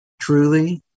truly